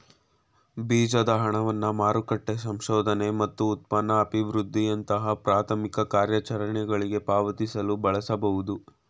ಬೀಜದ ಹಣವನ್ನ ಮಾರುಕಟ್ಟೆ ಸಂಶೋಧನೆ ಮತ್ತು ಉತ್ಪನ್ನ ಅಭಿವೃದ್ಧಿಯಂತಹ ಪ್ರಾಥಮಿಕ ಕಾರ್ಯಾಚರಣೆಗಳ್ಗೆ ಪಾವತಿಸಲು ಬಳಸಬಹುದು